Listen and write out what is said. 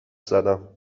زدم